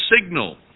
signal